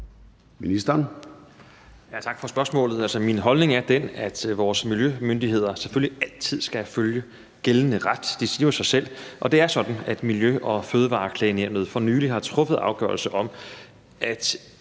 Heunicke): Tak for spørgsmålet. Altså, min holdning er den, at vores miljømyndigheder selvfølgelig altid skal følge gældende ret. Det siger jo sig selv. Og det er sådan, at Miljø- og Fødevareklagenævnet for nylig har truffet afgørelse om, at